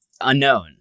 unknown